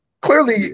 Clearly